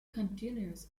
continues